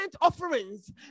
offerings